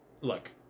look